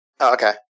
Okay